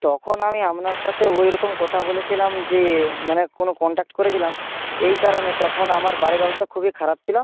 তখন আমি আপনার সাথে ওইরকম কথা বলেছিলাম যে মানে কোনো কনট্যাক্ট করেছিলাম এই কারণে তখন আমার বাড়ির অবস্থা খুবই খারাপ ছিল